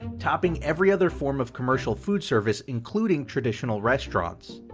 topping every other form of commercial foodservice including traditional restaurants.